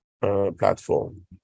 platform